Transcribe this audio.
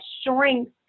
strength